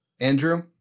Andrew